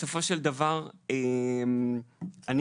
בסופו של דבר אני נפסלתי,